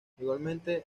igualmente